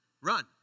Run